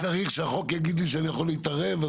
צריך שהחוק יגיד לי שאני יכול להתערב,